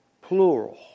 plural